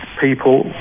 people